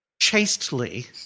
chastely